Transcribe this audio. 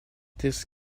this